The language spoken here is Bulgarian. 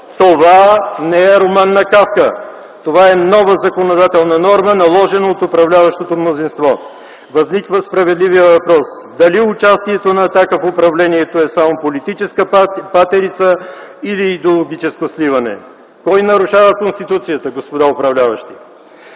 Това не е роман на Кафка, това е нова законодателна норма, наложена от управляващото мнозинство. Възниква справедливият въпрос: дали участието на „Атака” в управлението е само политическа патерица или идеологическо сливане? Кой нарушава Конституцията, господа управляващи?